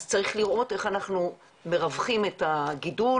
אז צריך לראות איך אנחנו מרווחים את הגידול,